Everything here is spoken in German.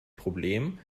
problem